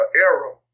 era